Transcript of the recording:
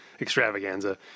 extravaganza